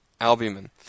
albumin